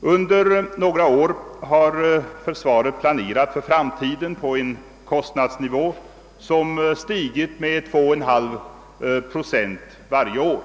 Under några år har försvaret planerat för framtiden på en kostnadsnivå som stigit med 2,5 procent varje år.